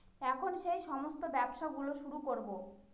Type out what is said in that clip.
এখন সেই সমস্ত ব্যবসা গুলো শুরু করবো